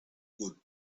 good